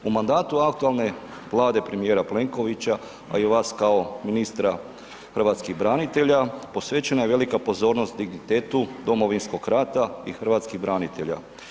U mandatu aktualne Vlade premijera Plenkovića a i vas kao ministra hrvatskih branitelja, posvećena je velika pozornost dignitetu Domovinskog rata i hrvatskih branitelja.